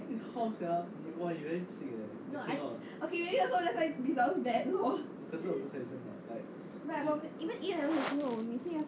no I okay maybe also that's why also results bad LOL but 我 even a levels 的时候我每次要